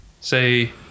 say